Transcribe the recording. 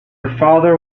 father